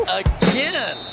again